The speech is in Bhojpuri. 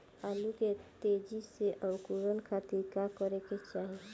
आलू के तेजी से अंकूरण खातीर का करे के चाही?